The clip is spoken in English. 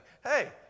Hey